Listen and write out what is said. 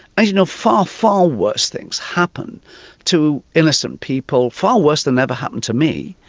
as you know far, far worse things happen to innocent people, far worse than ever happened to me.